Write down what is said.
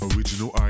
Original